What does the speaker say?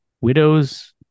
widows